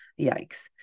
yikes